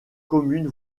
commune